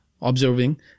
observing